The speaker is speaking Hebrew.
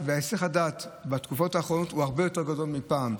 היסח הדעת בתקופות האחרונות הוא הרבה יותר גדול מפעם.